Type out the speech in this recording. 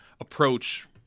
approach